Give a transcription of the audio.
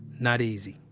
not easy